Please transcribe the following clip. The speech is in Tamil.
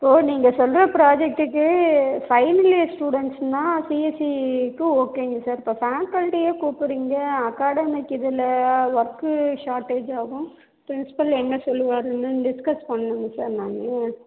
ஓ நீங்கள் சொல்கிற ப்ரொஜெக்ட்டுக்கு பைனலியர் ஸ்டுடண்ட்ஸ்னா சிஎஸ்சிக்கு ஓகேங்க சார் எப்போ ஃபேகல்டியே கூப்பிறீங்க அகாடமிக் இதில் ஓர்க்கு ஷார்டேஜ் ஆகும் ப்ரின்சிபல் என்ன சொல்லுவாருன்னு டிஸ்கஸ் பண்ணுங்கள் சார் நான்